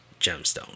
gemstone